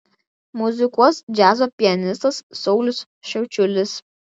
muzikuos džiazo pianistas saulius šiaučiulis